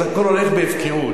אז הכול הולך בהפקרות.